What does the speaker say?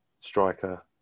striker